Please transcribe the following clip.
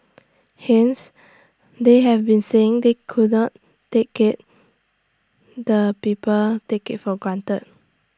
hence they have been saying they could not take care the people take IT for granted